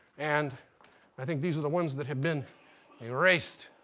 and i think these are the ones that have been erased.